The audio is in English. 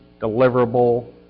deliverable